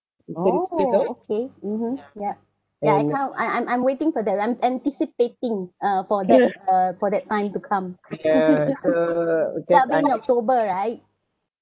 oh okay mmhmm yeah I can't I I'm I'm waiting for that I'm anticipating uh for that uh for that time to come seventeen october right